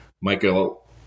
Michael